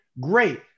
great